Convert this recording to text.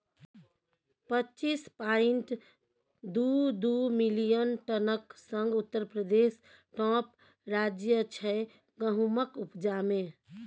पच्चीस पांइट दु दु मिलियन टनक संग उत्तर प्रदेश टाँप राज्य छै गहुमक उपजा मे